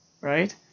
right